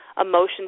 emotions